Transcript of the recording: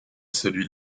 celui